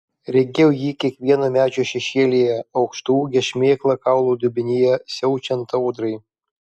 regėjau jį kiekvieno medžio šešėlyje aukštaūgę šmėklą kaulų dubenyje siaučiant audrai